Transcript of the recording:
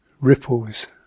ripples